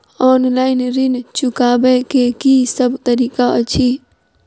Online ऋण चुकाबै केँ की सब तरीका अछि?